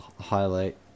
highlight